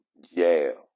jail